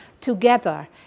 together